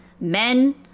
men